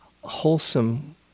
wholesome